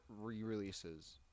re-releases